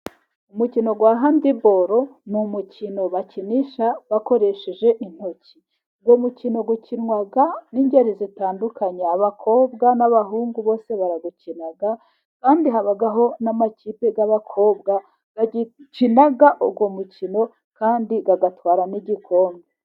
Umukino wa handibolu ni umukino bakinisha bakoresheje intoki, uwo mukino ukinwa n'ingeri zitandukanye, abakobwa n'abahungu bose barawukina, kandi habaho n'amakipe y'abakobwa akina uwo mukino kandi agatwara n'igikombe.